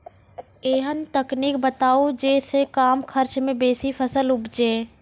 ऐहन तकनीक बताऊ जै सऽ कम खर्च मे बेसी फसल उपजे?